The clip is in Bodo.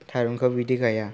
थारुनखौ बिदि गाया